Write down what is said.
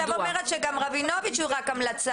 אבל עת עכשיו אומרת שגם רבינוביץ' הוא רק המלצה.